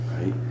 right